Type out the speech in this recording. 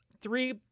three